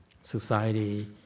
Society